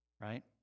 right